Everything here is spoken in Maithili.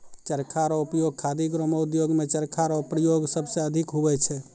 चरखा रो उपयोग खादी ग्रामो उद्योग मे चरखा रो प्रयोग सबसे अधिक हुवै छै